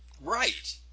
Right